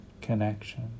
connection